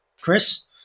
Chris